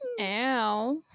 Ow